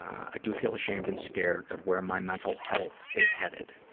i do feel ashamed and scared of where my mental health is headed.